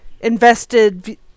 invested